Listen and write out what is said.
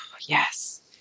Yes